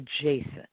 adjacent